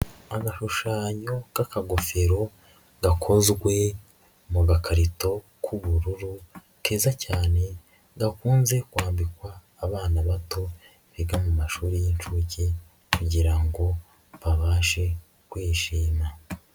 Agashushanyo k'akagofero gakozwe mu gakarito k'ubururu keza cyane, gakunze kwambikwa abana bato biga mumashuri y'inshuke kugira ngo babashe kwishima.